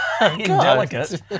indelicate